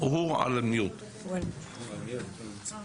אין לנו שום